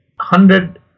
hundred